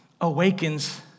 awakens